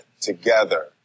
together